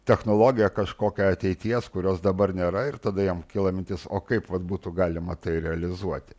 technologiją kažkokią ateities kurios dabar nėra ir tada jam kilo mintis o kaip vat būtų galima tai realizuoti